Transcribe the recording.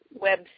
web